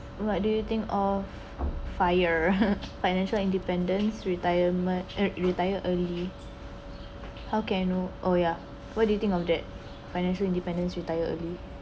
what do you think of fire financial independence retirement re~ retire early how can I know oh ya what do you think of that financial independence retire early